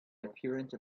appearance